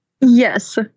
Yes